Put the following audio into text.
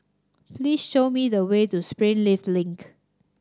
please show me the way to Springleaf Link